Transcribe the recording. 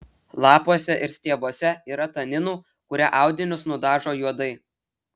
lapuose ir stiebuose yra taninų kurie audinius nudažo juodai